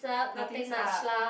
nothing's up